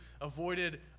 avoided